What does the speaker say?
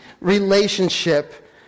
relationship